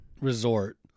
resort